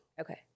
Okay